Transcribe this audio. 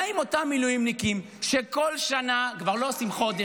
מה עם אותם מילואימניקים שכל שנה כבר לא עושים חודש,